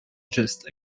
just